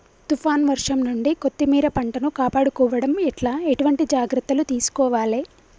తుఫాన్ వర్షం నుండి కొత్తిమీర పంటను కాపాడుకోవడం ఎట్ల ఎటువంటి జాగ్రత్తలు తీసుకోవాలే?